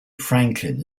franklin